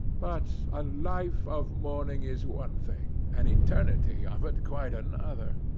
but a life of mourning is one thing an eternity of it quite another.